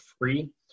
free